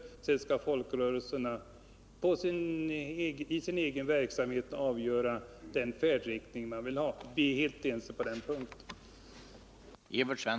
Sedan skall folkrörelserna i sin egen verksamhet själva kunna avgöra vilken färdriktning man vill ha. Vi är helt ense på den punkten.